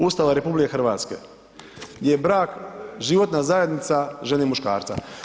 Ustava RH gdje je brak životna zajednica žene i muškarca?